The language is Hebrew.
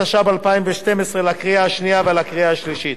התשע"ב 2012, לקריאה השנייה ולקריאה השלישית.